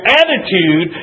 attitude